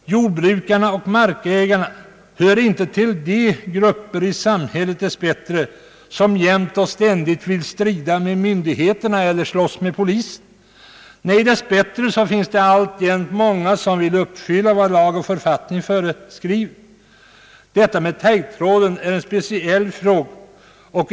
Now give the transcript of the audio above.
Jordbrukarna och markägarna hör dess bättre inte till de grupper i samhället som jämt och ständigt vill strida med myndigheterna eller slåss med polisen. Lyckligtvis finns det alltjämt många som vill uppfylla vad lag och författning föreskriver. Detta med taggtråden är en speciell fråga.